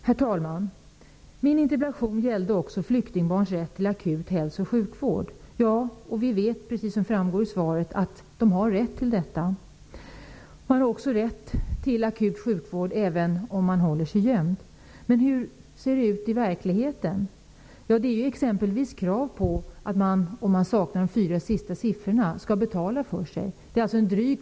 Herr talman! Min interpellation gällde också flyktingbarns rätt till akut hälso och sjukvård. Vi vet -- det framgår i svaret -- att de har rätt till detta. De har också rätt till akut sjukvård även om de håller sig gömda. Hur ser det ut i verkligheten? Det finns exempelvis krav på att flyktingar skall betala för sig om de saknar de fyra sista siffrorna i personnumret.